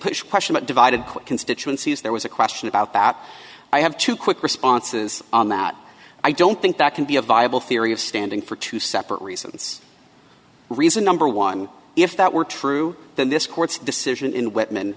that divided constituency is there was a question about that i have two quick responses on that i don't think that can be a viable theory of standing for two separate reasons reason number one if that were true then this court's decision in whitman